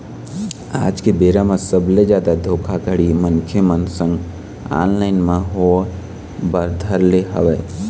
आज के बेरा म सबले जादा धोखाघड़ी मनखे मन संग ऑनलाइन म होय बर धर ले हवय